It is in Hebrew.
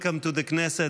Welcome to the Knesset.